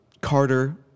Carter